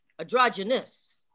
Androgynous